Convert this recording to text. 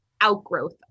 outgrowth